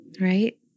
right